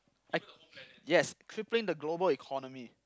I yes crippling the global economy